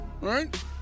Right